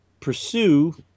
pursue